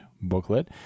booklet